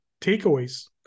takeaways